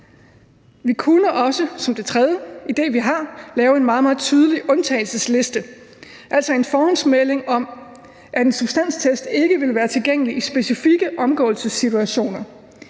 Vi kunne også – det er den tredje idé, vi har – lave en meget, meget tydelig undtagelsesliste, altså en forhåndsmelding om, at en substanstest ikke vil være tilgængelig i specifikke omgåelsessituationer.